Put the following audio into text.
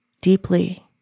deeply